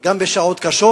גם בשעות קשות,